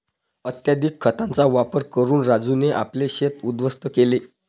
अत्यधिक खतांचा वापर करून राजूने आपले शेत उध्वस्त केले